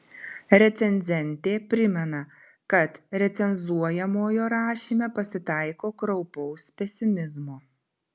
recenzentė primena kad recenzuojamojo rašyme pasitaiko kraupaus pesimizmo